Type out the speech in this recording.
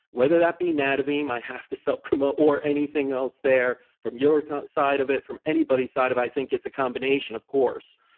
whether that be nadovim, i have to self promote, or anything else there. from your side of it, from anybody's side of it, i think it's a combination of course.